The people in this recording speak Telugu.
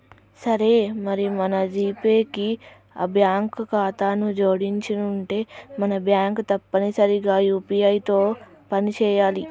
సరే మరి మన జీపే కి బ్యాంకు ఖాతాను జోడించనుంటే మన బ్యాంకు తప్పనిసరిగా యూ.పీ.ఐ తో పని చేయాలి